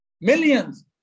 Millions